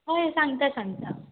हय सांगता सांगता